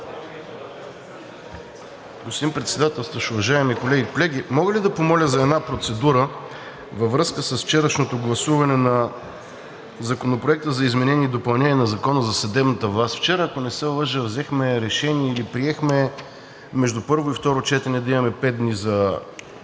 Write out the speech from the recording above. Господин Председателстващ, уважаеми колеги! Колеги, мога ли да помоля за една процедура във връзка с вчерашното гласуване на Законопроекта за изменение и допълнение на Закона за съдебната власт. Вчера, ако не се лъжа, взехме решение или приехме между първо и второ четене да имаме пет дни за